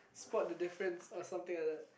spot the difference or something like that